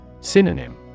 Synonym